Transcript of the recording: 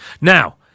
Now